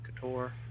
Couture